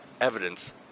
evidence